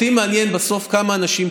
אותי מעניין בסוף כמה אנשים,